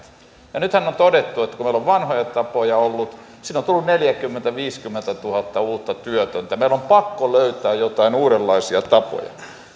näitä nythän on todettu että kun meillä on vanhoja tapoja ollut siinä on tullut neljäkymmentätuhatta viiva viisikymmentätuhatta uutta työtöntä meidän on pakko löytää joitain uudenlaisia tapoja